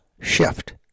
shift